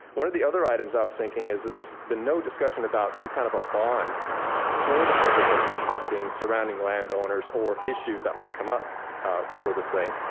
one of the other items i was thinking is that there's been no discussion about some kind of a bond for the purpose of protecting surrounding land owners or issues that might come up for this thing.